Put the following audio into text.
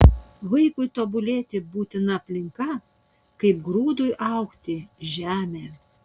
vaikui tobulėti būtina aplinka kaip grūdui augti žemė